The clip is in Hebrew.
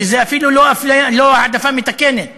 זה אפילו לא העדפה מתקנת